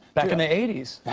back in the eighty s.